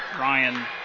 Ryan